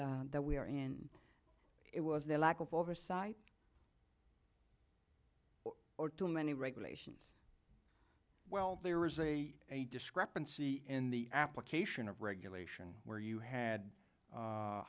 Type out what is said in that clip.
that we are and it was the lack of oversight or too many regulations well there was a a discrepancy in the application of regulation where you had